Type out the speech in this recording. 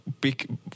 big